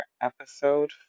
episode